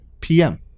PM